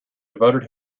devoted